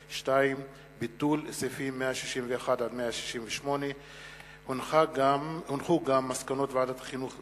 2. ביטול סעיפים 161,168. מסקנות ועדת החינוך,